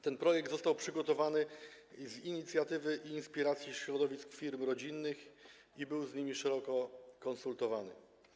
Ten projekt został przygotowany z inicjatywy i inspiracji środowisk firm rodzinnych i był z nimi szeroko konsultowany.